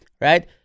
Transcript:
right